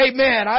Amen